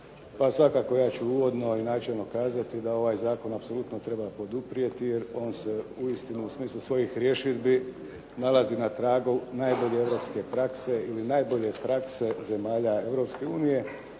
Pa svakako ja ću uvodno i načelno kazati da ovaj zakon apsolutno treba poduprijeti jer on se uistinu u smislu svojih rješidbi nalazi na tragu najbolje europske prakse ili najbolje prakse zemalja